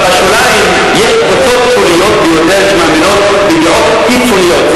בשוליים יש קבוצות שוליות ביותר שמאמינות בדעות קיצוניות.